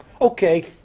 Okay